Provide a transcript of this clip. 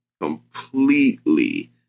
completely